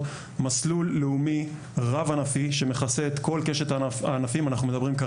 מסלול לאומי רב ענפי שמכסה את כל קשת הענפים,